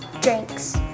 drinks